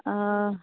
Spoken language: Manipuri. ꯑꯥ